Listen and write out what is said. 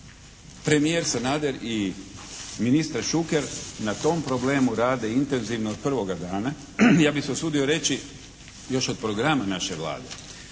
Premijer Sanader i ministar Šuker na tom problemu rade intenzivno od prvoga dana, ja bih se usudio reći još od programa naše Vlade.